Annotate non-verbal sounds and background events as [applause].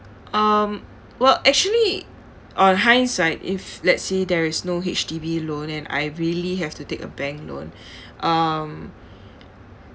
um well actually on hindsight if let's say there is no H_D_B loan and I really have to take a bank loan [breath] um